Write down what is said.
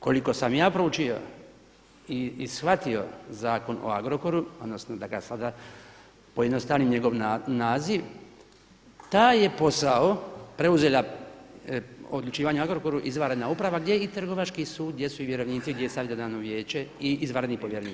Koliko sam ja proučio i shvatio Zakon o Agrokoru, odnosno da ga sada pojednostavim njegov naziv, taj je posao preuzela, odlučivanje o Agrokoru izvanredna uprava gdje i trgovački sud, gdje su i vjerovnici gdje je … vijeće i izvanredni povjerenik.